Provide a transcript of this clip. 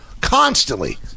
constantly